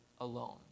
alone